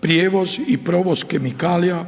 prijevoz i provoz kemikalija